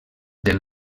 del